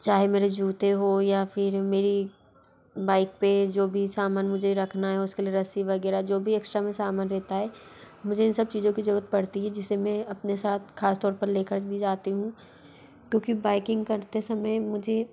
चाहे मेरे जूते हो या फिर मेरी बाइक पर जो भी सामान मुझे रखना है उसके लिए रस्सी वग़ैरह जो भी एक्स्ट्रा में समान रहता है मुझे इन सब चीज़ों की ज़रूरत पड़ती है जिस से मैं अपने साथ ख़ास तौर पर ले कर भी जाती हूँ क्योंकि बाइकिंग करते समय मुझे